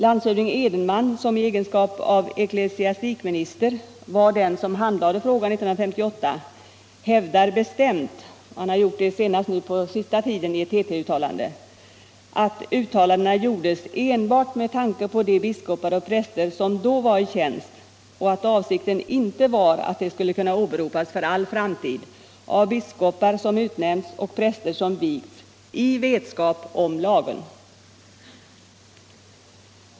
Landshövding Edenman, som i egenskap av ecklesiastikminister var den som handlade frågan 1958, hävdar bestämt — senast nu i ett TT-uttalande — att uttalandena gjordes enbart med tanke på de biskopar och präster som då var i tjänst och att avsikten inte var att de skulle kunna åberopas för all framtid av biskopar som utnämnts och präster som vigts i vetskap om lagen.